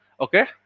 Okay